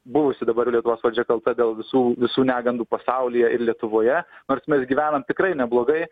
buvusi dabar lietuvos valdžia kalta dėl visų visų negandų pasaulyje ir lietuvoje nors mes gyvename tikrai neblogai